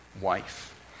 wife